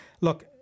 look